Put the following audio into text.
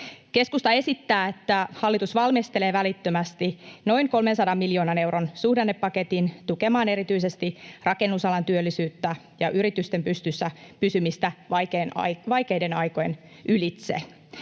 Keskusta esittää, että hallitus valmistelee välittömästi noin 300 miljoonan euron suhdannepaketin tukemaan erityisesti rakennusalan työllisyyttä ja yritysten pystyssä pysymistä vaikeiden aikojen ylitse.